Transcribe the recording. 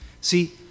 See